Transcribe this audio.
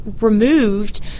removed